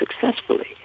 successfully